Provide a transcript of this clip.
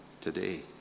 today